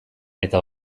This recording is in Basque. eta